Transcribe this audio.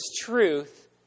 truth